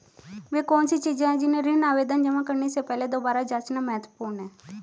वे कौन सी चीजें हैं जिन्हें ऋण आवेदन जमा करने से पहले दोबारा जांचना महत्वपूर्ण है?